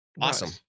Awesome